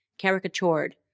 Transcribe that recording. caricatured